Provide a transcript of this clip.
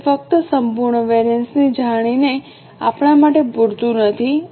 તેથી ફક્ત સંપૂર્ણ વેરિએન્સ જાણીને તે આપણા માટે પૂરતું નથી